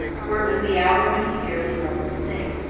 for it was the hour when he dearly loves to sing.